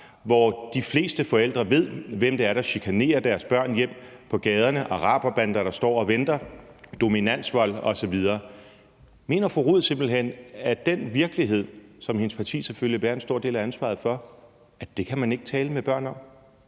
hvor de fleste forældre ved, hvem det er på gaderne, der chikanerer deres børn hjem – araberbander, der står og venter, dominansvold osv. Mener fru Lotte Rod simpelt hen, at den virkelighed, som hendes parti selvfølgelig bærer en stor del af ansvaret for, kan man ikke tale med børn om?